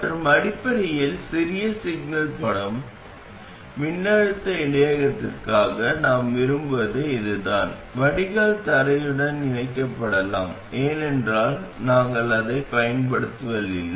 மற்றும் அடிப்படையில் சிறிய சிக்னல் படம் மின்னழுத்த இடையகத்திற்காக நாம் விரும்புவது இதுதான் வடிகால் தரையுடன் இணைக்கப்படலாம் ஏனென்றால் நாங்கள் அதைப் பயன்படுத்துவதில்லை